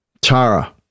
Tara